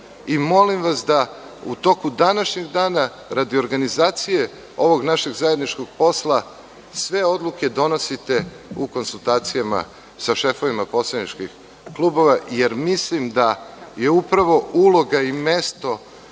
I molim vas da u toku današnjeg dana radi organizacije ovog našeg zajedničkog posla sve odluke donosite u konsultacijama sa šefovima poslaničkih klubova, jer mislim da je upravo uloga i mesto